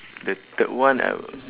the third one I'll